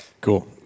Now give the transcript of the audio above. Cool